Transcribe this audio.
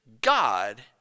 God